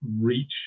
reach